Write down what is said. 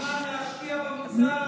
מבחינתנו הגיע הזמן להשקיע במגזר הערבי.